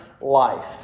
life